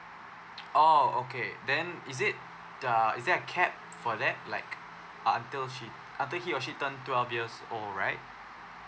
oh okay then is it uh is there a cap for that like until she until he or she turned twelve years old right